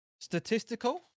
Statistical